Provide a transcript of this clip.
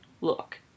look